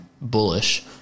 bullish